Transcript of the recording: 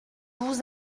vous